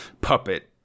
puppet